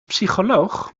psycholoog